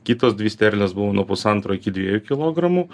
kitos dvi sterlės buvo nuo pusantro iki dviejų kilogramų